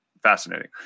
fascinating